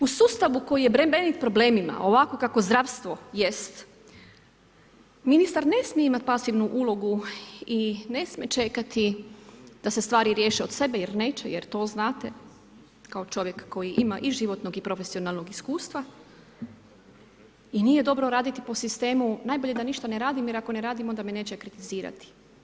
U sustavu koji je … problemima, ovakvo kakvo zdravstvo jest, ministar ne smije imati pasivnu ulogu i ne smije čekati da se stvari riješe od sebe, jer neće, jer to znate, kao čovjek, koji ima i životnog i profesionalnog iskustva i nije dobro raditi po sistemu, najbolje da ništa ne radim, jer ako ne radim onda me neće kritizirati.